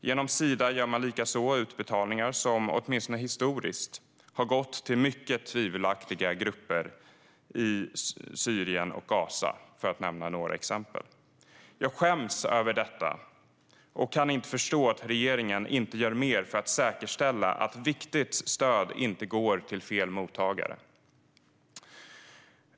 Genom Sida gör man likaså utbetalningar som åtminstone historiskt har gått till mycket tvivelaktiga grupper i Syrien och Gaza - för att nämna ett par exempel. Jag skäms över detta och kan inte förstå att regeringen inte gör mer för att säkerställa att viktigt stöd inte går till fel mottagare.